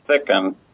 thicken